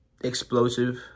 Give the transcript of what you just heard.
explosive